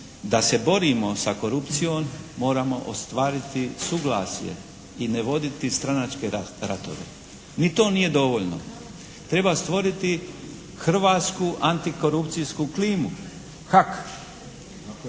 da se borimo sa korupcijom moramo ostvariti suglasje i ne voditi stranačke ratove. Ni to nije dovoljno. Treba stvoriti hrvatsku antikorupcijsku klimu. Kako?